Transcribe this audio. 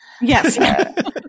Yes